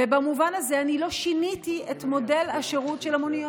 ובמובן הזה אני לא שיניתי את מודל השירות של המוניות.